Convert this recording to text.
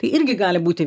tai irgi gali būti